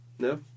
No